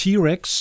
T-Rex